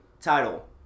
title